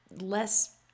less